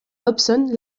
hobson